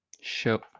show